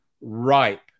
ripe